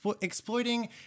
Exploiting